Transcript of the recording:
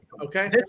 okay